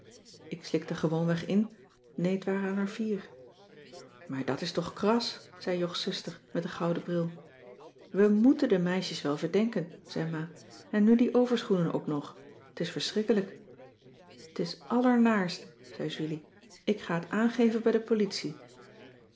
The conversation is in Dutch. ik slikte gewoonweg in nee t waren er vier maar dat is toch kras zei jogs zuster met den gouden bril we moèten de meisjes wel verdenken zei ma en nu die overschoenen ook nog t is verschrikkelijk t is allernaarst zei julie ik ga het aangeven bij de politie